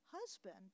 husband